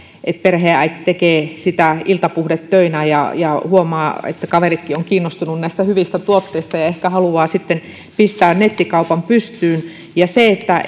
että perheenäiti tekee siellä sitä iltapuhdetöinään ja ja huomaa että kaveritkin ovat kiinnostuneet näistä hyvistä tuotteista ja ehkä haluaa sitten pistää nettikaupan pystyyn tosiaankin se että